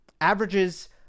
averages